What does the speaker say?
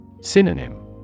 Synonym